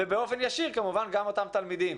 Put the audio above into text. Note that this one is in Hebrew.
ובאופן ישיר, כמובן גם אותם תלמידים.